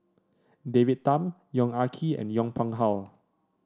David Tham Yong Ah Kee and Yong Pung How